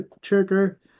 trigger